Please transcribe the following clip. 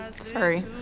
Sorry